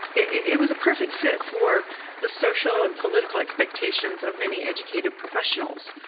it was a perfect fit for the social and political expectations of many educated professionals.